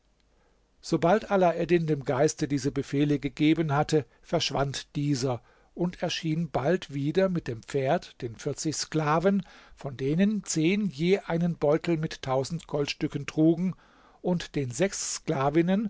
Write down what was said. sobald alaeddin dem geiste diese befehle gegeben hatte verschwand dieser und erschien bald wieder mit dem pferd den vierzig sklaven von denen zehn je einen beutel mit tausend goldstücken trugen und den sechs